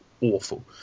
awful